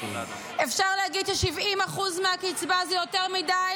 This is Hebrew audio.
אפשר להגיד ש-70% מהקצבה זה יותר מדי,